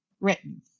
written